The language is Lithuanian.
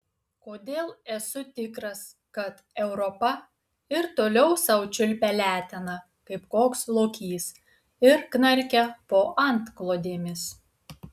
kodėl esu tikras kad europa ir toliau sau čiulpia leteną kaip koks lokys ir knarkia po antklodėmis